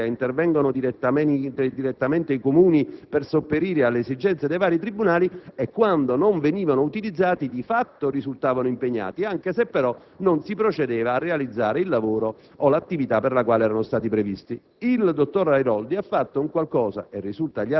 infatti che quando si parla di edilizia giudiziaria intervengono direttamente i Comuni per sopperire alle esigenze dei vari tribunali; pertanto, quando tali finanziamenti non venivano utilizzati, di fatto risultavano impegnati anche se non si procedeva a realizzare il lavoro o l'attività per la quale erano stati previsti.